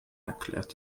erklärt